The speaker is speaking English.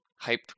hype